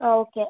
ആ ഓക്കെ